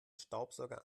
staubsauger